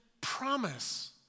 promise